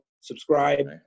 subscribe